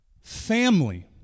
Family